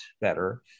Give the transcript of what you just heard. better